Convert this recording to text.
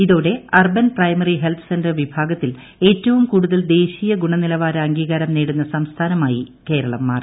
ഇതോടെ urban primary health centre വിഭാഗത്തിൽ ഏറ്റവും കൂടുതൽ ദേശീയ ഗുണനിലവാര അംഗീകാരം നേടുന്ന സംസ്ഥാനമായി കേരളം മാറി